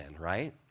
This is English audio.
right